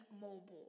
mobile